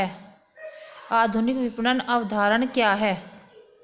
आधुनिक विपणन अवधारणा क्या है?